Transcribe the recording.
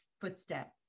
footstep